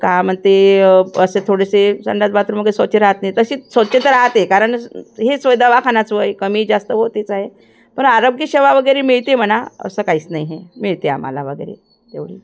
का म्हणते असे थोडेसे संडास बाथरूम वगैरे स्वच्छ रहात नाही तशीच स्वच्छता राहते कारण हे सोय दवाखान्याच होय कमी जास्त होतीच आहे पण आरोग्यसेवा वगैरे मिळते म्हणा असं काहीच नाही हे मिळते आम्हाला वगैरे एवढी